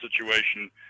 situation